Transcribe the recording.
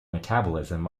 metabolism